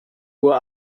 uhr